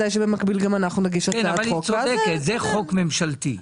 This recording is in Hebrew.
אבל היא צודקת, זה חוק ממשלתי.